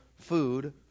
food